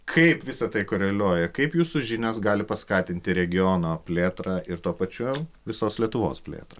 kaip visa tai koreliuoja kaip jūsų žinios gali paskatinti regiono plėtrą ir tuo pačiu visos lietuvos plėtrą